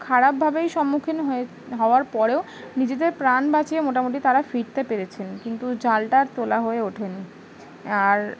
খারাপভাবেই সম্মুখীন হয়ে হওয়ার পরেও নিজেদের প্রাণ বাঁচিয়ে মোটামুটি তারা ফিরতে পেরেছেন কিন্তু জালটার তোলা হয়ে ওঠেন আর